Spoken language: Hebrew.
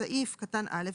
בסעיף קטן (א),